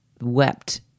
wept